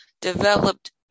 developed